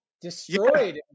destroyed